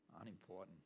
unimportant